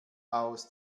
aus